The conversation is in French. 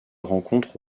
rencontre